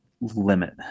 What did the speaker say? limit